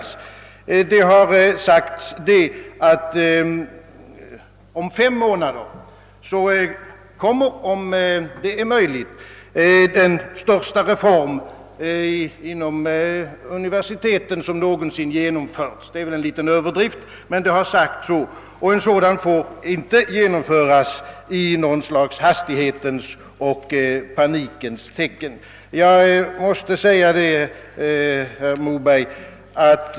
Det har sagts — även om det är en liten överdrift — att om fem månader kommer, om det är möjligt, den största reform inom universiteten som någonsin gjorts. En sådan får inte genomföras i något hastighetens och panikens tecken.